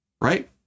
right